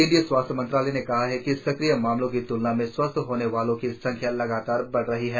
केंद्रीय स्वास्थ्य मंत्रालय ने कहा है कि सक्रिय मामलों की त्लना में स्वस्थ होने वालों की संख्या लगातार बढ रही है